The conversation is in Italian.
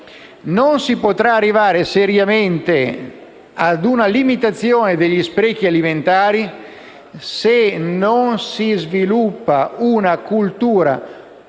Non si potrà arrivare seriamente a una limitazione degli sprechi alimentari se non si sviluppa, o - tornando a